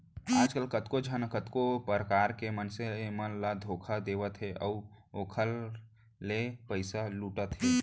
आजकल कतको झन कतको परकार ले मनसे मन ल धोखा देवत हे अउ ओखर ले पइसा लुटत हे